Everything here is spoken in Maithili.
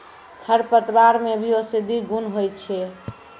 खरपतवार मे भी औषद्धि गुण होय छै